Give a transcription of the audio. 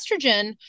estrogen